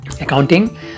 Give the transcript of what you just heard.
accounting